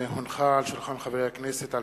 הצעת ועדת הכנסת לתיקון תקנון הכנסת,